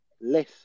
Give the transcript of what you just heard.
less